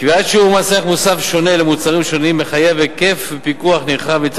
קביעת שיעור מס ערך מוסף שונה למוצרים שונים מחייב היקף פיקוח נרחב מצד